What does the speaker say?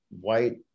white